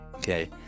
Okay